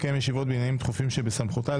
לקיים ישיבות בעניינים דחופים שבסמכותה,